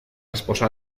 esposa